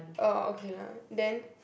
orh okay lah then